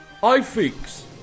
iFix